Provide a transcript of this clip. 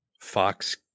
Fox